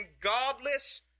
godless